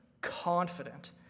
confident